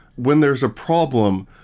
when there's a problem,